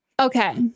okay